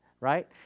right